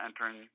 entering